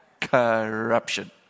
Corruption